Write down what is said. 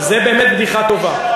זו באמת בדיחה טובה.